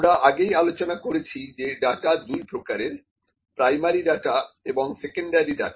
আমরা আগেই আলোচনা করেছি যে ডাটা দুই প্রকারের প্রাইমারি ডাটা এবং সেকেন্ডারি ডাটা